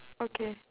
okay